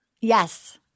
Yes